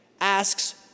Asks